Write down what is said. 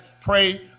pray